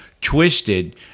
twisted